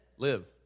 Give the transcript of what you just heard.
Live